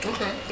Okay